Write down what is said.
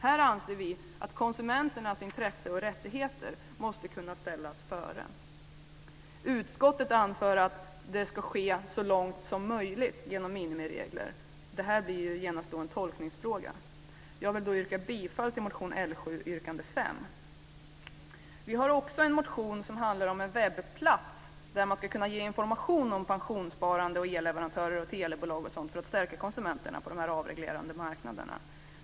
Här anser vi att konsumenternas intresse och rättigheter måste kunna ställas före. Utskottet anför att det ska ske "så långt som möjligt" genom minimiregler. Det blir genast en tolkningsfråga. Jag vill yrka bifall till motion L7 yrkande 5. Vi har också en motion som handlar om en webbplats, där man ska kunna ge information om pensionssparande, elleverantörer, telebolag och sådant för att stärka konsumenterna på de avreglerade marknaderna.